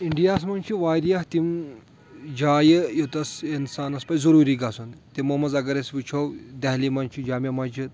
اِنٛڈیاہَس منٛز چھِ واریاہ تِم جایہِ یوٚتَس اِنسانَس پَزِ ضروٗری گژھُن تِمو منٛز اگر أسۍ وٕچھو دہلی منٛز چھِ جامِیہ مسجِد